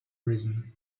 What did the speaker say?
reason